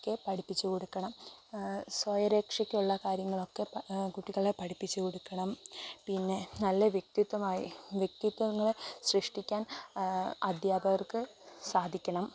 ഒക്കെ പഠിപ്പിച്ചു കൊടുക്കണം സ്വയരക്ഷയ്ക്കുയ്ള്ള കാര്യങ്ങളൊക്കെ കുട്ടികളെ പഠിപ്പിച്ചു കൊടുക്കണം പിന്നെ നല്ല വ്യക്തിത്വം ആയി വ്യക്തിത്വങ്ങളെ സൃഷ്ടിക്കാൻ അധ്യാപകർക്ക് സാധിക്കണം